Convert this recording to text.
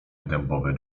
dębowe